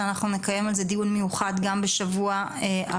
אנחנו נקיים על זה דיון מיוחד גם בשבוע הבא.